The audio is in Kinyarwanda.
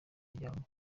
umuryango